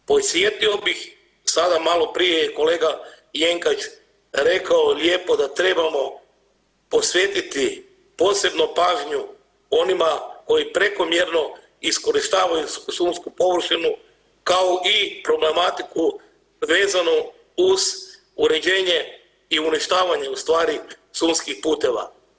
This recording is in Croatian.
Podsjetio bih sada malo prije je kolega Jenkač rekao lijepo da trebamo posvetiti posebno pažnju onima koji prekomjerno iskorištavaju šumsku površinu kao i problematiku vezanu uz uređenje i uništavanje u stvari šumskih puteva.